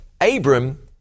Abram